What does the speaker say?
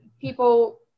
people